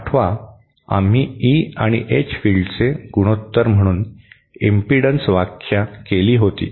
आठवा आम्ही ई आणि एच फील्डचे गुणोत्तर म्हणून इम्पिडन्स व्याख्या केली होती